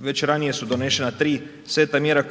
već ranije su donešena tri seta mjera